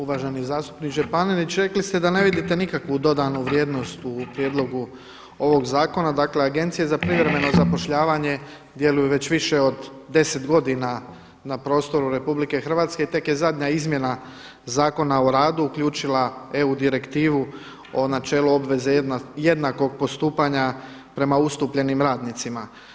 Uvaženi zastupniče Panenić, rekli ste da ne vidite nikakvu dodanu vrijednost u prijedlogu ovog zakona, dakle agencije za privremeno zapošljavanje djeluju već više od deset godina na prostoru RH i tek je zadnja izmjena Zakona o radu uključila EU direktivu o načelu obveze jednakog postupanja prema ustupljenim radnicima.